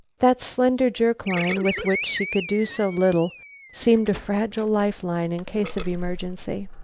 that slender jerk-line with which she could do so little seemed a fragile life-line in case of emergency.